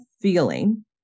feeling